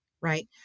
right